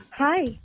Hi